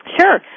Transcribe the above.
Sure